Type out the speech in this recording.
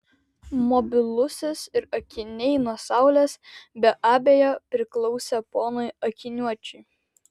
mobilusis ir akiniai nuo saulės be abejo priklausė ponui akiniuočiui